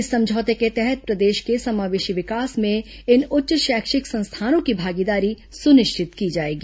इस समझौते के तहत प्रदेश के समावेशी विकास में इन उच्च शैक्षिक संस्थानों की भागीदारी सुनिश्चित की जाएगी